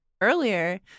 earlier